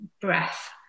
breath